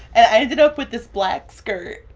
and i ended up with this black skirt.